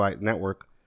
network